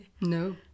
No